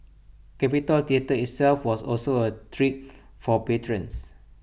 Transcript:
capitol theatre itself was also A treat for patrons